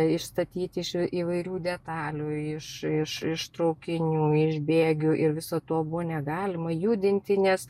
išstatyti iš įvairių detalių iš iš iš traukinių iš bėgių ir viso to buvo negalima judinti nes